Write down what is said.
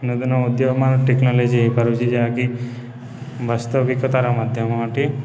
ନୂତନ ଉଦ୍ୟୋଗମାନ ଟେକ୍ନୋଲୋଜି ହେଇପାରୁଛି ଯାହାକି ବାସ୍ତବିକତାର ମାଧ୍ୟମଟି